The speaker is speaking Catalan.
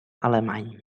alemany